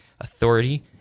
authority